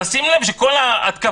אבל שים לב שכל ההתקפות,